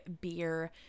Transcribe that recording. beer